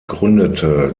gründete